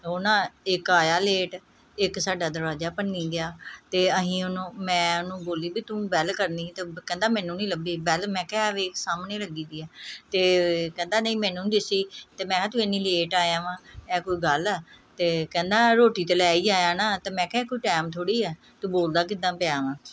ਉਹ ਨਾ ਇੱਕ ਆਇਆ ਲੇਟ ਇੱਕ ਸਾਡਾ ਦਰਵਾਜ਼ਾ ਭੰਨੀ ਗਿਆ ਅਤੇ ਅਸੀਂ ਉਹਨੂੰ ਮੈਂ ਉਹਨੂੰ ਬੋਲੀ ਵੀ ਤੂੰ ਬੈੱਲ ਕਰਨੀ ਸੀ ਤਾਂ ਕਹਿੰਦਾ ਮੈਨੂੰ ਨਹੀਂ ਲੱਭੀ ਬੈੱਲ ਮੈਂ ਕਿਹਾ ਵੀ ਸਾਹਮਣੇ ਲੱਗੀ ਦੀ ਹੈ ਅਤੇ ਕਹਿੰਦਾ ਨਹੀਂ ਮੈਨੂੰ ਨਹੀਂ ਦਿਸੀ ਅਤੇ ਮੈਂ ਕਿਹਾ ਤੂੰ ਐਨੀ ਲੇਟ ਆਇਆ ਵਾਂ ਇਹ ਕੋਈ ਗੱਲ ਹੈ ਅਤੇ ਕਹਿੰਦਾ ਰੋਟੀ ਤਾਂ ਲੈ ਹੀ ਆਇਆ ਨਾ ਅਤੇ ਮੈਂ ਕਿਹਾ ਇਹ ਕੋਈ ਟੈਮ ਥੋੜ੍ਹੀ ਹੈ ਤੂੰ ਬੋਲਦਾ ਕਿੱਦਾਂ ਪਿਆ ਵਾਂ